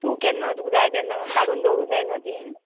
तूं केन्ना तुका जाय तेन्ना काडून दवरूं जाय न्हू तीं